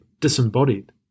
disembodied